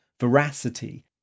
veracity